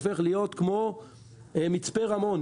הופך להיות כמו מצפה רמון.